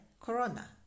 Corona